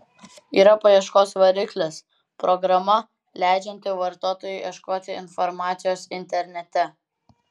yra paieškos variklis programa leidžianti vartotojui ieškoti informacijos internete